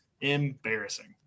embarrassing